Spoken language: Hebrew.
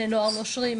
בני נוער נושרים,